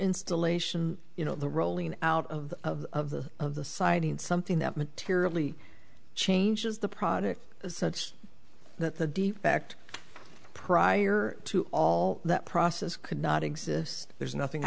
installation you know the rolling out of of of the of the siding something that materially changes the product such that the defect prior to all that process could not exist there's nothing